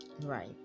Right